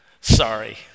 Sorry